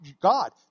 God